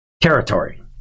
territory